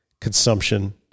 consumption